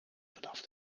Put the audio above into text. vanaf